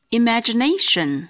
imagination